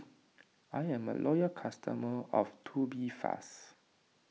I'm a loyal customer of Tubifast